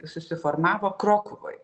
susiformavo krokuvoj